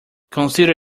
consider